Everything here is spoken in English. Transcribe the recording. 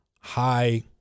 high